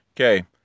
Okay